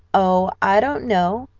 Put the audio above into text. oh, i don't know,